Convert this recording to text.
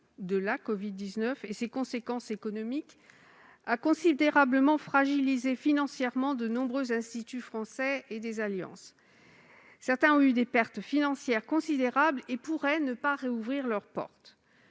de la covid-19 et ses conséquences économiques ont considérablement fragilisé financièrement de nombreux instituts français et alliances. Certaines structures, qui ont connu des pertes financières considérables, pourraient ne pas rouvrir leurs portes.